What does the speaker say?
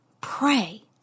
Pray